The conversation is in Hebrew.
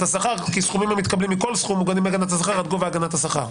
השכר כי כל סכום שמתקבלים מוגנים מהגנת השכר עד גובה הגנת השכר.